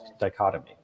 dichotomy